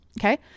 Okay